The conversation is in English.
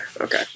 Okay